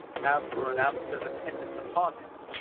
have to renounce their dependence upon him.